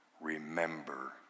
remember